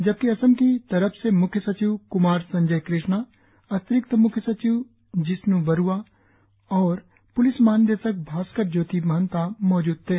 जबकि असम की तरफ से म्ख्य सचिव क्मार संजय कृष्णा अतिरिक्त म्ख्य सचिव जिश्नू बरुवा और प्लिस महानिदेशक भास्कर ज्योति महंता मौजूद थे